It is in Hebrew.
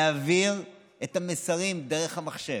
להעביר את המסרים דרך המחשב.